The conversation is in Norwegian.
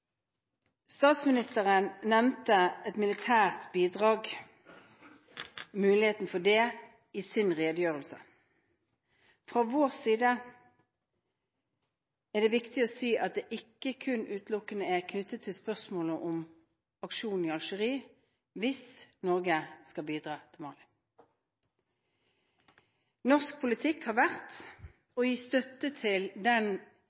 Statsministeren nevnte mulighetene for et militært bidrag i sin redegjørelse. Fra vår side er det viktig å si at det ikke utelukkende er knyttet til spørsmålene om aksjonen i Algerie hvis Norge skal bidra i Mali. Norsk politikk har